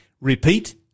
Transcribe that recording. Repeat